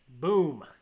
Boom